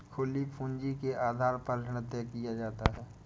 खुली पूंजी के आधार पर ऋण तय किया जाता है